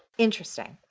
interesting.